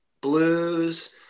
blues